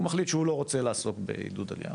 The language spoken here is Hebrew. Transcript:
הוא מחליט שהוא לא רוצה לעסוק בעידוד עלייה,